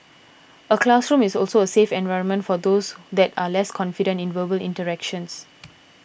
a classroom is also a safe environment for those that are less confident in verbal interactions